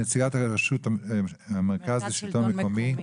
נציגת מרכז השלטון המקומי.